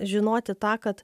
žinoti tą kad